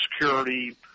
security